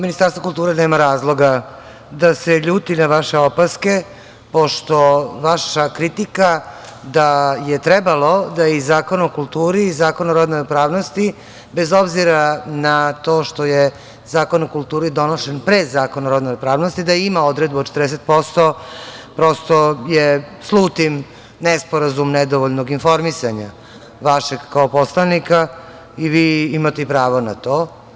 Ministarstvo kulture nema razloga da se ljudi na vaše opaske pošto vaša kritika da je trebalo da i Zakon o kulturi i Zakon o rodnoj ravnopravnosti, bez obzira na to što je Zakon o kulturi donošen pre Zakona o rodnoj ravnopravnosti, da ima odredbu od 40% prosto je, slutim, nesporazum nedovoljnog informisanja vašeg kao poslanika i vi imate i pravo na to.